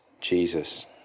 Jesus